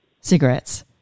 cigarettes